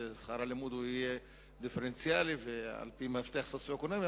ששכר הלימוד יהיה דיפרנציאלי ועל-פי מפתח סוציו-אקונומי,